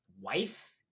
wife